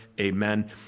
Amen